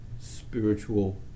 spiritual